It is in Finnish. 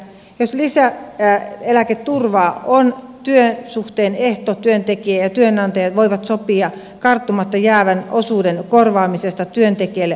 jos lisäeläketurva on työsuhteen ehto työntekijä ja työnantaja voivat sopia karttumatta jäävän osuuden korvaamisesta työntekijälle muilla tavoin